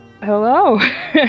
Hello